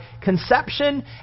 conception